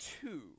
two